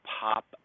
pop